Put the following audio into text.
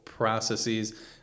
processes